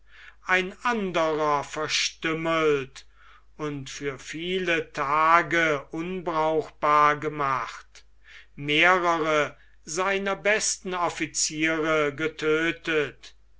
ein anderer verstümmelt und für viele tage unbrauchbar gemacht mehrere seiner besten offiziere getödtet